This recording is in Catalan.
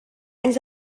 anys